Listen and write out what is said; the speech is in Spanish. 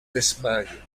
desmayo